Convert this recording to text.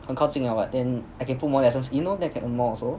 很靠近了 what then I can put more lessons in lor then I can earn more also lor